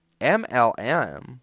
MLM